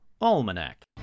Almanac